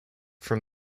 from